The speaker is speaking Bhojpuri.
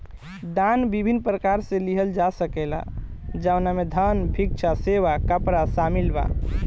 दान विभिन्न प्रकार से लिहल जा सकेला जवना में धन, भिक्षा, सेवा, कपड़ा शामिल बा